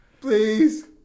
Please